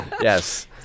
Yes